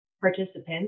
participants